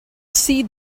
see